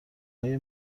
های